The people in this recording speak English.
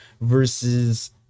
versus –